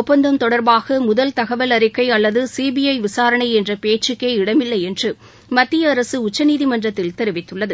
ஒப்பந்தம் தொடர்பாக முதல் தகவல் அறிக்கை அல்லது சிபிற விசாரணை என்ற பேச்சுக்கே இடமில்லை என்று மத்திய அரசு உச்சநீதிமன்றத்தில் தெரிவித்துள்ளது